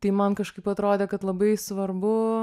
tai man kažkaip atrodė kad labai svarbu